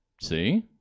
See